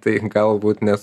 tai galbūt nes